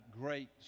great